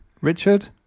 Richard